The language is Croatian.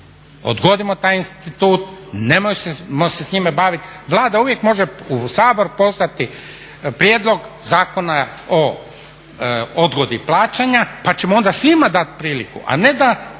odgodimo taj institut, nemojmo se s njime bavit. Vlada uvijek može u Sabor poslati prijedlog zakona o odgodi plaćanja pa ćemo onda svima dati priliku, a ne da